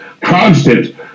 constant